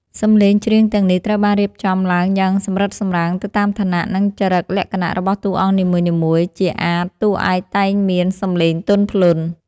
សំឡេងច្រៀងទាំងនេះត្រូវបានរៀបចំឡើងយ៉ាងសម្រិតសម្រាំងទៅតាមឋានៈ និងចរិតលក្ខណៈរបស់តួអង្គនីមួយៗ ជាអាទិ៍តួឯកតែងមានសំឡេងទន់ភ្លន់។